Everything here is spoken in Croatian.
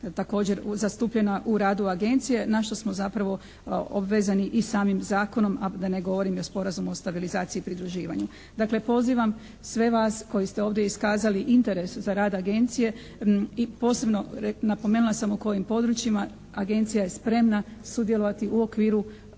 također zastupljena u radu Agencije na što samo zapravo obvezani i samim zakonom a da ne govorim i Sporazumom o stabilizaciji pridruživanju. Dakle, pozivam sve vas koji ste ovdje iskazali interes za rad Agencije, posebno napomenula sam oko ovih područja, Agencija je spremna sudjelovati u okviru